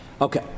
Okay